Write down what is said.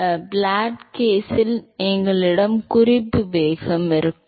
எனவே flat plate கேஸில் எங்களிடம் எப்போதும் குறிப்பு வேகம் இருக்கும்